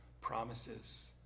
promises